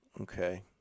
okay